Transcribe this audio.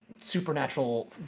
supernatural